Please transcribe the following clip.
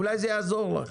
אולי זה יעזור לך,